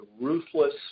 ruthless